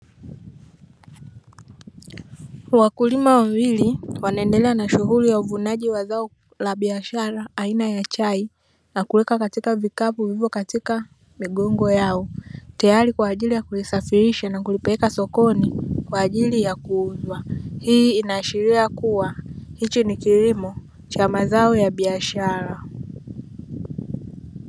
Wakulima wawili wanaendelea na shughuli ya uvunaji wa zao la biashara aina ya chai, na kuweka katika vikapu vilivyo katika migongo yao. Tayari kwa ajili ya kulisafirisha na kulipeleka sokoni, kwa ajili ya kuuzwa. Hii inaashiria kuwa hichi ni kilimo, cha mazao ya biashara.